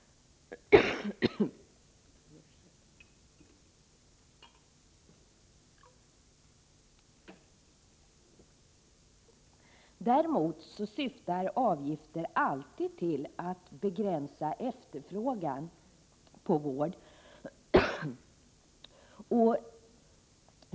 Däremot syftar avgifter alltid till att begränsa efterfrågan på vård.